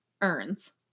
earns